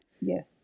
Yes